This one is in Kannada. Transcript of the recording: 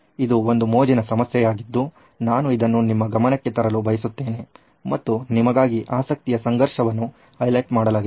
ಇದು ಒಂದು ಮೋಜಿನ ಸಮಸ್ಯೆಯಾಗಿದ್ದು ನಾನು ಇದನ್ನು ನಿಮ್ಮ ಗಮನಕ್ಕೆ ತರಲು ಬಯಸುತ್ತೇನೆ ಮತ್ತು ನಿಮಗಾಗಿ ಆಸಕ್ತಿಯ ಸಂಘರ್ಷವನ್ನು ಹೈಲೈಟ್ ಮಾಡಲಾಗಿದೆ